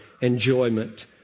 enjoyment